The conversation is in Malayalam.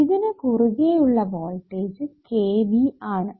ഇതിനു കുറുകെ ഉള്ള വോൾടേജ് k Vആണ്